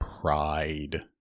pride